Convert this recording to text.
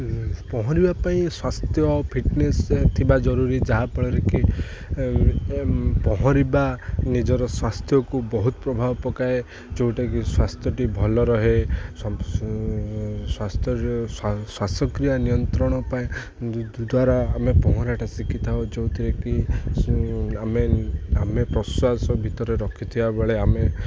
ପହଁରିବା ପାଇଁ ସ୍ୱାସ୍ଥ୍ୟ ଆଉ ଫିଟ୍ନେସ୍ ଥିବା ଜରୁରୀ ଯାହାଫଳରେ କି ପହଁରିବା ନିଜର ସ୍ୱାସ୍ଥ୍ୟକୁ ବହୁତ ପ୍ରଭାବ ପକାଏ ଯେଉଁଟାକି ସ୍ୱାସ୍ଥ୍ୟଟି ଭଲ ରହେ ସ୍ୱାସ୍ଥ୍ୟ ଶ୍ୱାସକ୍ରିୟା ନିୟନ୍ତ୍ରଣ ପାଇଁ ଦ୍ୱାରା ଆମେ ପହଁରାଟା ଶିଖିଥାଉ ଯେଉଁଥିରେ କିି ଆମେ ଆମେ ପ୍ରଶ୍ଵାସ ଭିତରେ ରଖିଥିବା ବେଳେ ଆମେ